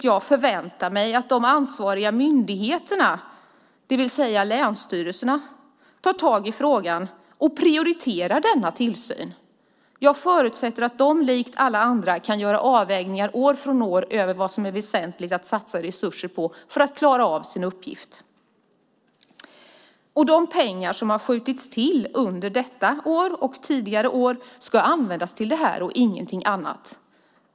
Jag förväntar mig att de ansvariga myndigheterna, det vill säga länsstyrelserna, tar tag i frågan och prioriterar denna tillsyn. Jag förutsätter att de likt alla andra kan göra avvägningar år från år av vad som är väsentligt att satsa resurser på för att klara av sin uppgift. De pengar som har skjutits till under detta år och tidigare år ska användas till detta och ingenting annat.